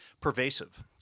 Pervasive